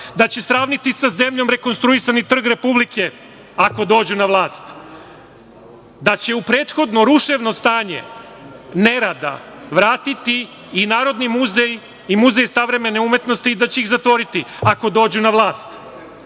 da će sravniti sa zemljom rekonstruisani Trg Republike, ako dođu na vlast. Da će u prethodno, ruševno stanje nerada vratiti i narodni muzej i Muzej savremene umetnosti i da će ih zatvoriti, ako dođu na vlast,